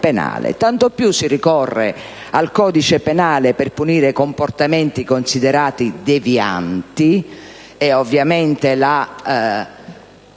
Tanto più si ricorre al codice penale per punire comportamenti considerati devianti (e ovviamente la